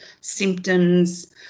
symptoms